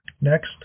Next